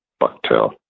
bucktail